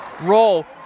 roll